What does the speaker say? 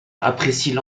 apprécient